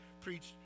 preached